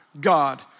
God